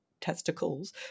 testicles